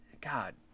God